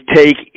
take